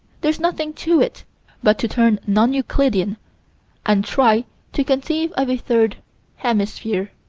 there's nothing to it but to turn non-euclidian and try to conceive of a third hemisphere,